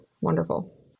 wonderful